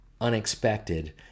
unexpected